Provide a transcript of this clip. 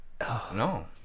No